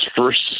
first